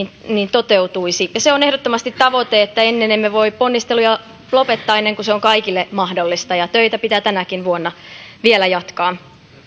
toteutuisi se on ehdottomasti tavoite ja emme voi ponnisteluja lopettaa ennen kuin se on kaikille mahdollista ja töitä pitää tänäkin vuonna vielä jatkaa